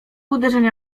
uderzenia